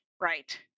right